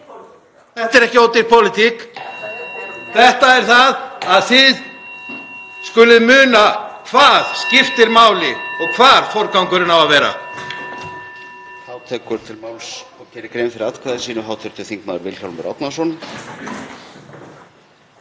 Þetta er ekki ódýr pólitík. Þetta er það að þið skulið muna hvað skiptir máli og hver forgangurinn á að vera.